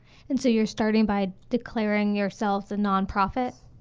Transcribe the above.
and so you're starting by declaring yourselves a non-profit